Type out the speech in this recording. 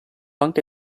anche